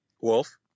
Wolf